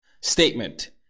statement